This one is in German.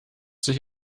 sich